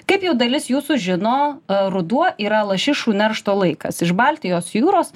kaip jau dalis jūsų žino ruduo yra lašišų neršto laikas iš baltijos jūros